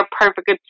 perfect